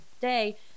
day